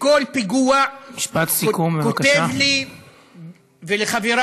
שכל פיגוע כותב לי ולחברי: